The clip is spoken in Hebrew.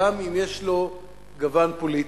גם אם יש לו גוון פוליטי.